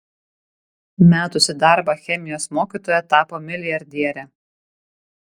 metusi darbą chemijos mokytoja tapo milijardiere